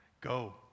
go